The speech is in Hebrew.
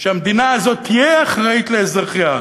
שהמדינה הזאת תהיה אחראית לאזרחיה,